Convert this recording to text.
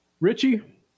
Richie